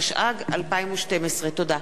התשע"ג 2012. תודה.